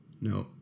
No